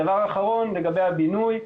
דבר אחרון, לגבי הבינוי.